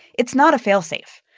it's not a fail-safe.